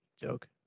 joke